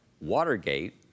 Watergate